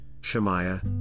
Shemaiah